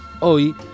hoy